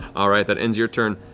all right, that ends your turn.